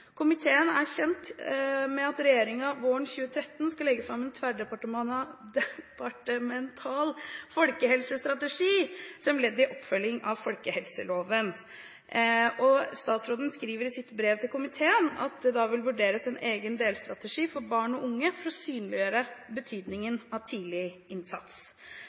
Komiteen er kjent med at regjeringen våren 2013 skal legge fram en tverrdepartemental folkehelsestrategi som ledd i oppfølging av folkehelseloven, og statsråden skriver i sitt brev til komiteen at det da vil vurderes en egen delstrategi for barn og unge for å synliggjøre betydningen av tidlig innsats.